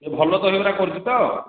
ଭଲ ଦହିବରା କରୁଛି ତ